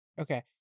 okay